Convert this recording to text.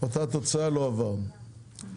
הצבעה לא אושר אותה תוצאה.